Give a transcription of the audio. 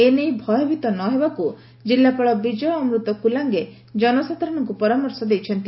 ଏ ନେଇ ଭୟଭୀତ ନହେବାକୁ ଜିଲ୍ଲାପାଳ ବିଜୟ ଅମୃତ କଲାଙେ ଜନସାଧାରଣଙ୍କୁ ପରାମର୍ଶ ଦେଇଛନ୍ତି